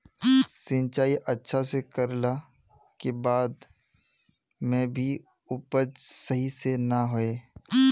सिंचाई अच्छा से कर ला के बाद में भी उपज सही से ना होय?